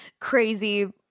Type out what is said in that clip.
crazy